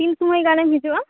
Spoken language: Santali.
ᱛᱤᱱ ᱥᱚᱢᱚᱭ ᱜᱟᱱᱮᱢ ᱦᱤᱡᱩᱜᱼᱟ